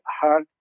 hard